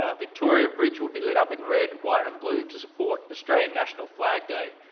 ah victoria bridge will be lit up in red, white and blue to support australian national flag day,